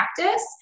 practice